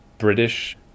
British